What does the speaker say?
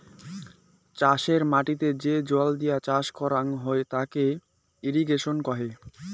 চাষের মাটিতে যে জল দিয়ে চাষ করং হউ তাকে ইরিগেশন কহে